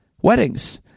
Weddings